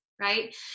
right